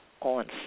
on